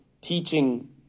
teaching